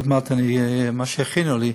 ועוד מעט אגיד מה שהכינו לי.